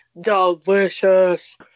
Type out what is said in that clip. delicious